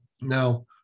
Now